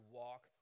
walk